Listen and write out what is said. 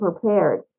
prepared